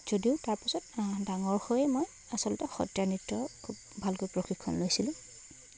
যদিও তাৰপিছত ডাঙৰ হৈ মই আচলতে সত্ৰীয়া নৃত্য খুব ভালকৈ প্ৰশিক্ষণ লৈছিলোঁ